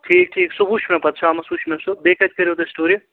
ٹھیٖک ٹھیٖک سُہ وُچھ مےٚ پَتہٕ شامَس وُچھ مےُ سُہ بیٚیہِ کَتہِ کٔرِو تۄہہِ سِٹوری